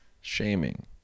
Shaming